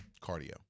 cardio